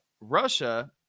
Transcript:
russia